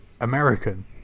American